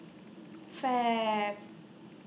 Fab